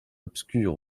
obscure